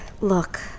Look